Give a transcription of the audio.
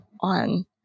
on